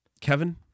Kevin